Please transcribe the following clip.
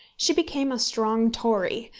she became a strong tory,